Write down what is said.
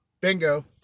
Bingo